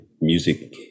music